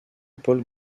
paul